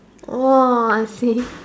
oh I see